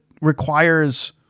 requires